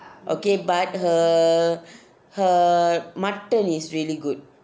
okay but her her mutton is really good